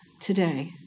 today